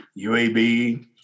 UAB